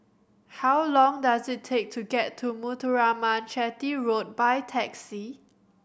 how long does it take to get to Muthuraman Chetty Road by taxi